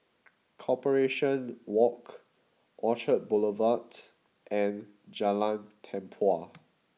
Corporation Walk Orchard Boulevard and Jalan Tempua